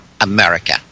America